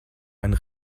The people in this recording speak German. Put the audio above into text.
einen